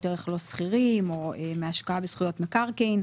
ערך לא סחירים או מהשקעה בזכויות מקרקעין.